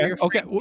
Okay